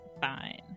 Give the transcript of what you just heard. fine